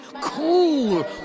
Cool